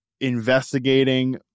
investigating